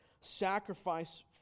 sacrifice